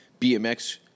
BMX